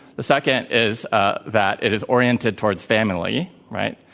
the second is ah that it is oriented towards family, right?